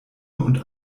und